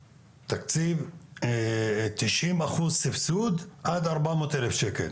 תקציב תשעים אחוז סבסוד עד ארבע מאות אלף שקל.